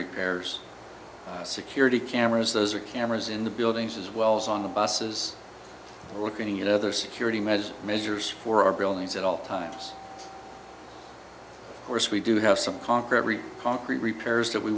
repairs security cameras those are cameras in the buildings as well as on the buses we're getting you know other security measures measures for our buildings at all times course we do have some conquer every concrete repairs that we